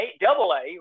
double-A